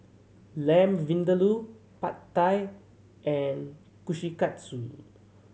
Lamb Vindaloo Pad Thai and Kushikatsu